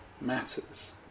matters